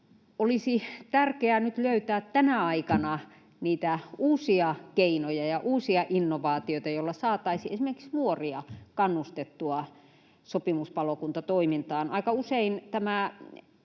olisi tärkeää löytää tänä aikana uusia keinoja ja uusia innovaatioita, joilla saataisiin esimerkiksi nuoria kannustettua sopimuspalokuntatoimintaan. Aika usein tämä